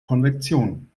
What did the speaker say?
konvektion